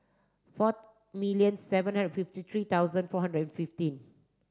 four million seven hundred fifty three thousand four hundred and fifteen